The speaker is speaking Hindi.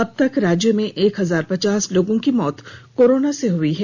अब तक राज्य में एक हजार पचास लोगों की मौत कोरोना से हुई हैं